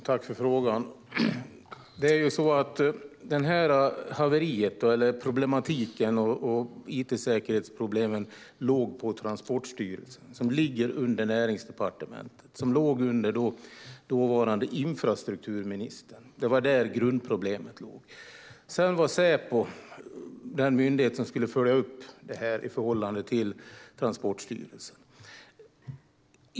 Herr talman! Jag tackar för frågan. Problematiken med it-säkerheten låg på Transportstyrelsen, som ligger under Näringsdepartementet och låg under dåvarande infrastrukturministern. Det var där grundproblemet låg. Säpo var den myndighet som skulle följa upp det här i förhållande till Transportstyrelsen.